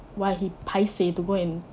why he paiseh to go and